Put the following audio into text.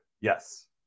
Yes